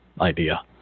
idea